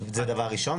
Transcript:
זה דבר ראשון,